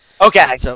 Okay